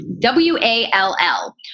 W-A-L-L